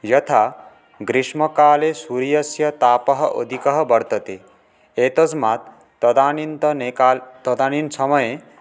यथा ग्रीष्मकाले सूर्यस्य तापः अधिकः वर्तते एतस्मात् तदानीन्तने तदानीं समये